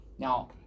Now